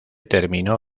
terminó